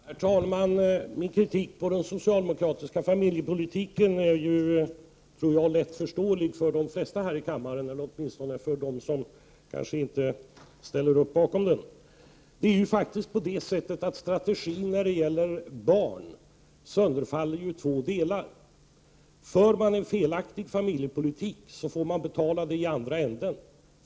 Herr talman! Min kritik mot den socialdemokratiska familjepolitiken är lättförståelig för de flesta här i kammaren, åtminstone för dem som inte ställer sig bakom den. Strategin när det gäller barn sönderfaller i två delar. Om man för en felaktig familjepolitik får man betala det i andra änden.